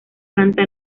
planta